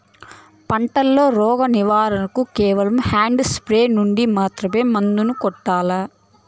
పంట లో, రోగం నివారణ కు కేవలం హ్యాండ్ స్ప్రేయార్ యార్ నుండి మాత్రమే మందులు కొట్టల్లా?